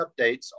updates